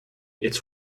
its